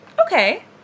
Okay